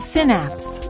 Synapse